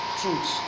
truth